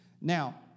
Now